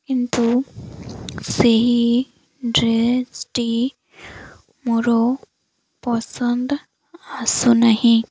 କିନ୍ତୁ ସେହି ଡ୍ରେସ୍ଟି ମୋର ପସନ୍ଦ ଆସୁନାହିଁ